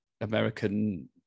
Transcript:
American